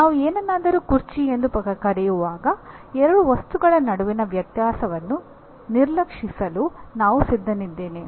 ನಾನು ಏನನ್ನಾದರೂ ಕುರ್ಚಿಯೆಂದು ಕರೆಯುವಾಗ ಎರಡು ವಸ್ತುಗಳ ನಡುವಿನ ವ್ಯತ್ಯಾಸವನ್ನು ನಿರ್ಲಕ್ಷಿಸಲು ನಾನು ಸಿದ್ಧನಿದ್ದೇನೆ